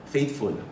Faithful